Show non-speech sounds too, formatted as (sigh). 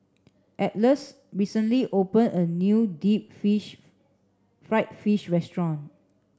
Atlas recently opened a new deep (unintelligible) fried fish restaurant